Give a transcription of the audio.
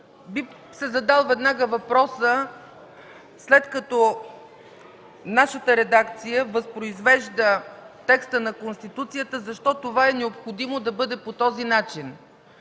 да се зададе веднага въпросът: след като нашата редакция възпроизвежда текста на Конституцията, защо това е необходимо да бъде по този начин?